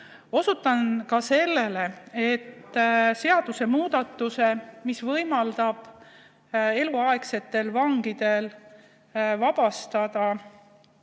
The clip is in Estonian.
Osutan ka sellele, et seadusemuudatus, mis võimaldab eluaegsed vangid vabastada